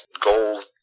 gold